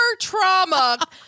trauma